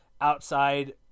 outside